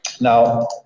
Now